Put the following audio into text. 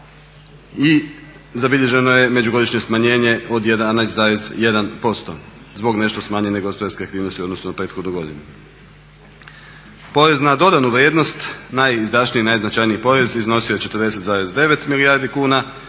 i zabilježeno je međugodišnje smanjenje od 11,1% zbog nešto smanjene gospodarske aktivnosti u odnosu na prethodnu godinu. Porez na dodanu vrijednost, najizadšnji i najznačajniji porez iznosio je 40,9 milijardi kuna